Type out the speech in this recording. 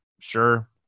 sure